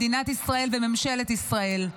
מדינת ישראל וממשלת ישראל,